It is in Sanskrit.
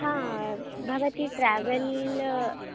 हा भवती ट्रावेल्